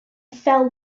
fell